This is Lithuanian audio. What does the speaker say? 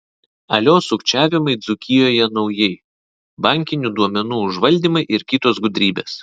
alio sukčiavimai dzūkijoje naujai bankinių duomenų užvaldymai ir kitos gudrybės